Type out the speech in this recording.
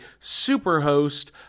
Superhost